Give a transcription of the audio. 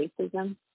Racism